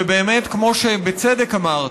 ובאמת, כמו שבצדק אמרת,